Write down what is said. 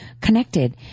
connected